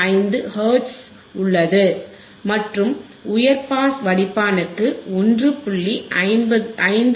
15 hertz உள்ளதுமற்றும் உயர் pass வடிப்பானுக்கு 1